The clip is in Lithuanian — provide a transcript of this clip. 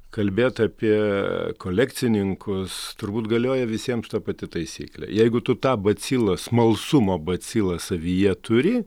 kalbėt apie kolekcininkus turbūt galioja visiems šita pati taisyklė jeigu tu tą bacilą smalsumo bacilą savyje turi